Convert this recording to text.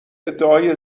ادعای